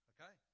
Okay